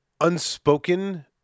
unspoken